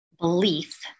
belief